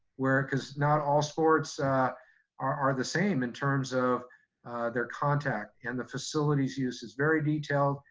where cause not all sports are are the same in terms of their contact and the facilities use is very detailed.